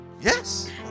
Yes